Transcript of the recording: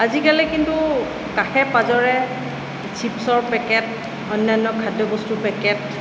আজিলাকি কিন্তু কাষে পাঁজৰে চিপছৰ পেকেট অন্যান্য খাদ্যবস্তুৰ পেকেট